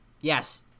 Yes